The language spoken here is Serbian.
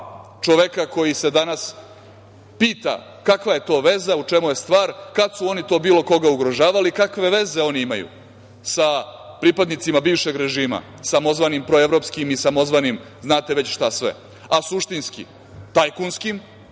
čoveka koji se danas pita kakva je to veza, u čemu je stvar, kada su oni to bilo koga ugrožavali, kakve veze oni imaju sa pripadnicima bivšeg režima, samozvanim proevropskim i samozvanim, znate već šta sve. Suštinski, tajkunskim